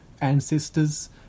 ancestors